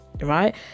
right